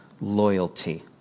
loyalty